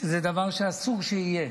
שזה דבר שאסור שיהיה.